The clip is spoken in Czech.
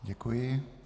Děkuji.